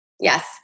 Yes